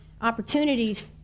opportunities